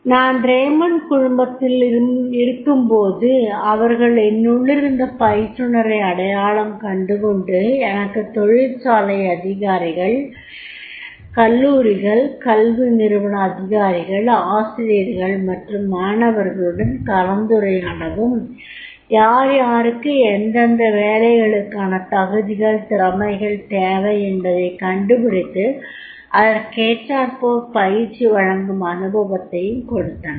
நான் ரேமாண்ட் குழுமத்தில் இருக்கும்போது அவர்கள் என்னுள்ளிருந்த பயிற்றுனரை அடையாளம் கண்டுகொண்டு எனக்கு தொழிற்சாலை அதிகாரிகள் கல்லூரிகள் கல்வி நிறுவன அதிகாரிகள் ஆசிரியர்கள் மற்றும் மாணவர்களுடன் கலந்துரையாடவும் யார் யாருக்கு எந்தெந்த வேலைகளுக்கான தகுதிகள் திறமைகள் தேவை என்பதைக் கண்டுபிடித்து அதற்கேற்றாற்போல் பயிற்சி வழங்கும் அனுபவத்தையும் கொடுத்தனர்